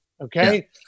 okay